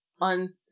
on